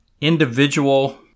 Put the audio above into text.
individual